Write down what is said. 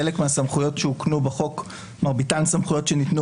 חלק מהסמכויות שהוקנו בחוק מרביתן סמכויות שניתנו